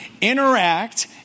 interact